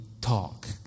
talk